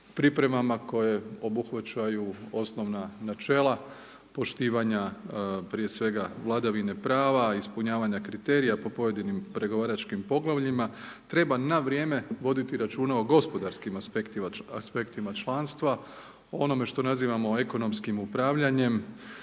pripremama koje obuhvaćaju osnovna načela, poštivanja prije svega vladavine prava, ispunjavanja kriterija, po pojedinim pregovaračkim poglavljima, treba na vrijeme, voditi računa o gospodarskim aseptika članstva, onome što nazivamo ekonomskim upravljanjem,